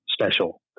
special